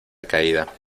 caída